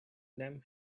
them